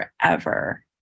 forever